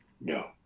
No